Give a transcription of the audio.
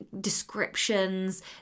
descriptions